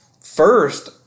First